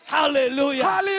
hallelujah